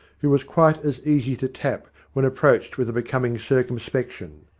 who was quite as easy to tap, when approached with a becoming circumspection.